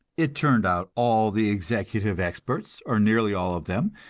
it turned out all the executive experts, or nearly all of them,